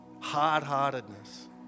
hard-heartedness